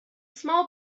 small